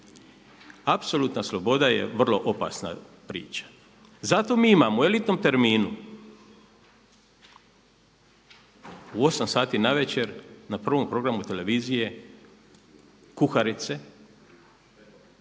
Apsolutna sloboda je vrlo opasna priča. Zato mi imamo u elitnom terminu, u 8 sati navečer, na prvom programu televizije kuharice